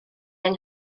yng